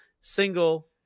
single